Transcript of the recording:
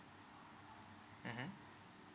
mmhmm